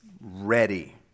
ready